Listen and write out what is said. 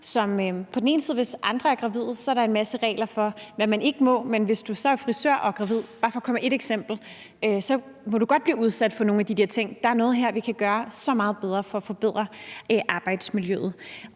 Hvis andre er gravide, er der en masse regler for, hvad man ikke må, men hvis du er gravid som frisør – bare for at komme med et eksempel – må du godt blive udsat for nogle af de der ting. Der er noget her, vi kan gøre så meget bedre, altså for at forbedre arbejdsmiljøet.